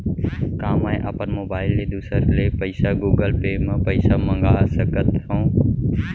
का मैं अपन मोबाइल ले दूसर ले पइसा गूगल पे म पइसा मंगा सकथव?